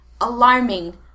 alarming